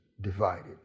divided